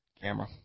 camera